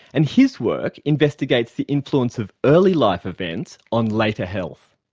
and his work investigates the influence of early life events on later health.